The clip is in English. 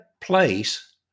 place